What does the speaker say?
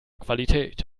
qualität